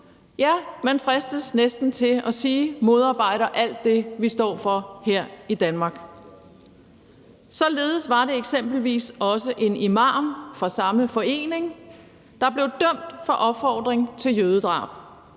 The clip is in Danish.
ja, man fristes næsten til at sige, at de modarbejder alt det, vi står for her i Danmark. Således var det eksempelvis også en imam fra samme forening, der blev dømt for opfordring til jødedrab,